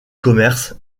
commerce